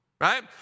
right